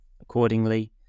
accordingly